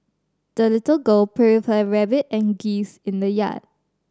the little girl played with her rabbit and geese in the yard